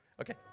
Okay